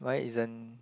why isn't